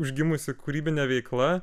užgimusi kūrybinė veikla